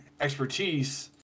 expertise